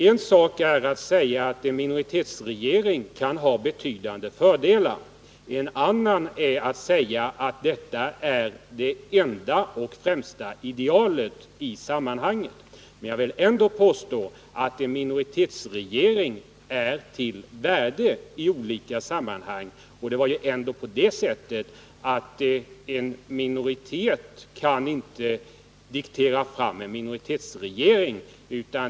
En sak är att säga att en minoritetsregering kan ha betydande fördelar. En annan är att säga att den är det enda och främsta idealet i sammanhanget. Jag vill ändå påstå att en minoritetsregering är av värde i olika sammanhang. En minoritet kan inte diktera fram en minoritetsregering.